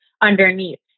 underneath